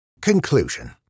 Conclusion